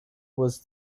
was